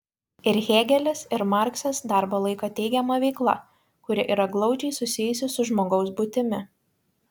ir hėgelis ir marksas darbą laiko teigiama veikla kuri yra glaudžiai susijusi su žmogaus būtimi